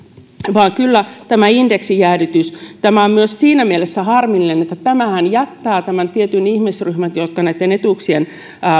vaan kyllä tämä indeksijäädytys on myös siinä mielessä harmillinen että tämähän jättää tämän tietyn ihmisryhmän joka näitten etuuksien